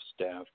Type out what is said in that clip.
staff